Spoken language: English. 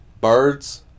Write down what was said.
Birds